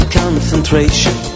concentration